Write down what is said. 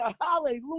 hallelujah